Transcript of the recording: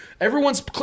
Everyone's